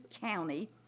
County